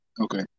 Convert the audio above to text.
Okay